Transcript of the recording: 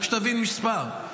רק שתבין מספר,